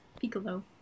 Piccolo